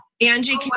Angie